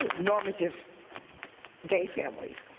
normative gay families.